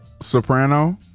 soprano